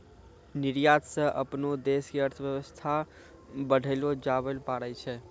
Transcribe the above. निर्यात स अपनो देश के अर्थव्यवस्था बढ़ैलो जाबैल पारै छै